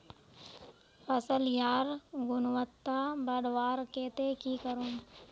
फसल लार गुणवत्ता बढ़वार केते की करूम?